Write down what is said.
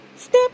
Step